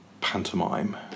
pantomime